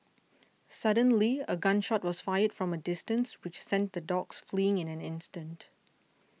suddenly a gun shot was fired from a distance which sent the dogs fleeing in an instant